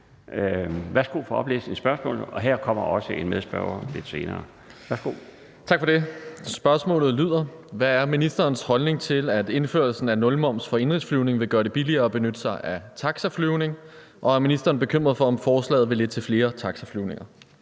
Værsgo for oplæsning af spørgsmålet. Kl. 14:34 Sigurd Agersnap (SF): Tak for det. Spørgsmålet lyder: Hvad er ministerens holdning til, at indførelsen af nulmoms for indenrigsflyvning vil gøre det billigere at benytte sig af taxaflyvning, og er ministeren bekymret for, om forslaget vil lede til flere taxaflyvninger?